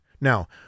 Now